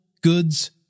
goods